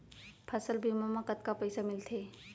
फसल बीमा म कतका पइसा मिलथे?